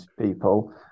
people